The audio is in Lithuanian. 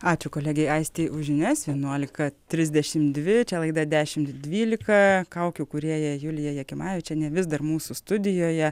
ačiū kolegei aistei už žinias vienuolika trisdešim dvi čia laida dešim dvylika kaukių kūrėja julija jakimavičienė vis dar mūsų studijoje